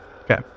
okay